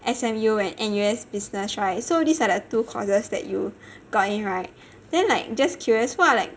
S_M_U and N_U_S business [right] so these are the two courses that you got in [right] then like just curious why leh